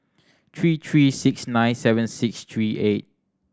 three three six nine seven six three eight